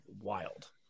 wild